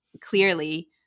clearly